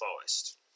forest